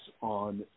on